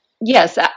Yes